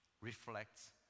reflects